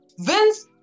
Vince